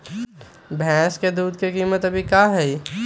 भैंस के दूध के कीमत अभी की हई?